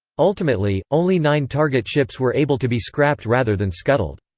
ultimately, only nine target ships were able to be scrapped rather than scuttled.